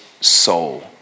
soul